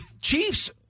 Chiefs